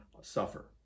suffer